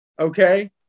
Okay